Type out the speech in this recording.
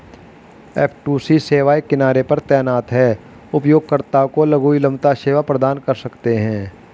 F two C सेवाएं किनारे पर तैनात हैं, उपयोगकर्ताओं को लघु विलंबता सेवा प्रदान कर सकते हैं